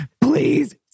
please